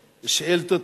תבטל את זה.